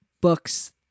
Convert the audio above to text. books